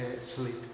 sleep